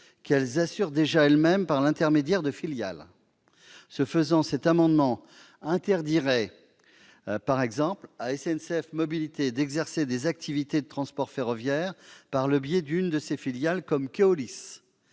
qu'elles assurent déjà elles-mêmes par l'intermédiaire de filiales. Ce faisant, l'adoption de cet amendement interdirait, par exemple, à SNCF Mobilités d'exercer des activités de transport ferroviaire par le biais d'une de ses filiales comme Keolis.